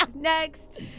Next